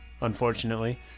unfortunately